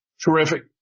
Terrific